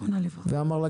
ואמר לה: